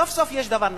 סוף-סוף יש דבר נורמלי,